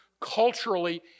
culturally